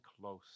close